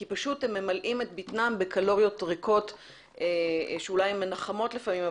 כי פשוט הם ממלאים את ביטנם בקלוריות ריקות שאולי הן מנחמות לפעמים,